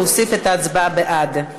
להוסיף את ההצבעה בעד.